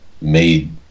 made